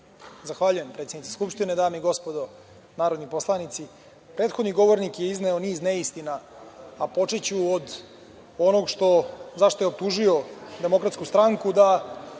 Zahvaljujem, predsednice Skupštine. Dame i gospodo narodni poslanici, prethodni govornik je izneo niz neistina, a počeću od onog zašta je optužio Demokratsku stranka da